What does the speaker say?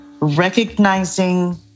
recognizing